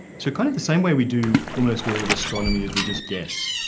so kind of the same way we do almost all of astronomy is we just guess.